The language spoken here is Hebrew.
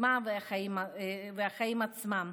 קדמה והחיים עצמם.